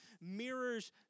mirrors